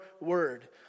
word